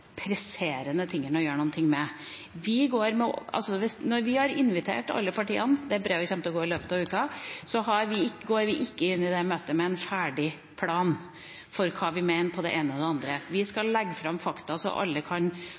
presserende å gjøre noe med. Når vi har invitert alle partiene – det brevet kommer til å gå ut i løpet av uka – går vi ikke inn i det møtet med en ferdig plan for hva vi mener om det ene eller andre. Vi skal legge fram fakta sånn at alle kan